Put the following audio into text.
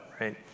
right